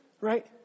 Right